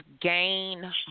gain